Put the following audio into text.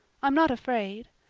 i'm not afraid.